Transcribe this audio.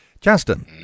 Justin